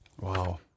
Wow